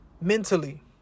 mentally